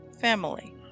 family